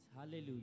Hallelujah